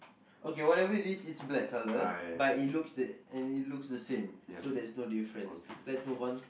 okay whatever it is it's black colour but it looks and it looks the same so there's no difference let's move on